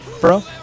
bro